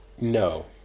no